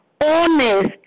honest